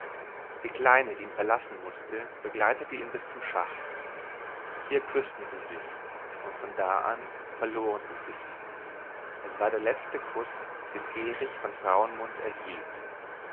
die kleine die ihn verlassen mußte begleitete ihn bis zum schacht hier küßten sie sich und von da an verloren sie sich es war der letzte kuß den erich von frauenmund erhielt